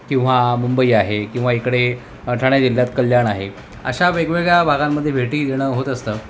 किंवा मुंबई आहे किंवा इकडे ठाणे जिल्ह्यात कल्याण आहे अशा वेगवेगळ्या भागांमध्ये भेटी देणं होत असतं